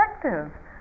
perspective